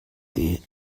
tih